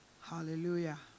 Hallelujah